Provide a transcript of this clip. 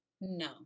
No